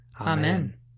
Amen